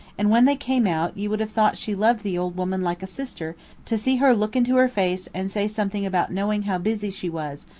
and when they came out, you would have thought she loved the old woman like a sister to see her look into her face and say something about knowing how busy she was,